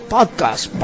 Podcast